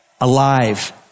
Alive